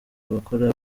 abakora